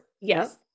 Yes